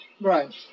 right